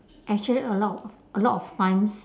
actually a lot of a lot of times